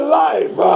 life